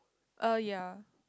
uh ya